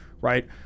Right